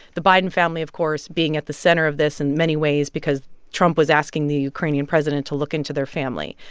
the biden family, of course, being at the center of this in many ways because trump was asking the ukrainian president to look into their family.